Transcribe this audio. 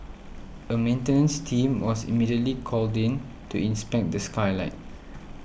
a maintenance team was immediately called in to inspect the skylight